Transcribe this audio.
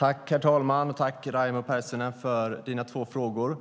Herr talman! Tack, Raimo Pärssinen, för dina två frågor!